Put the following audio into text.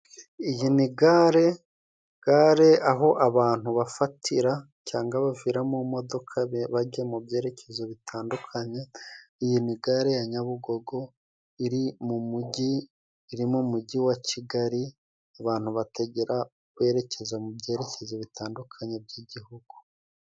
Iyi ni gare gare aho abantu bafatira cyanga bavira mu modoka bajya mu byerekezo bitandukanye, iyi ni gare ya nyabugogo iri mu mujyi, iri mu mujyi wa kigali abantu bategera berekeza mu byerekezo bitandukanye by'igihugu.